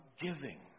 giving